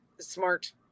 smart